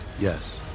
Yes